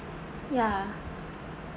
yeah